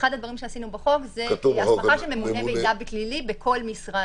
אחד הדברים שעשינו בחוק זה הוספה של ממונה מידע פלילי בכל משרד,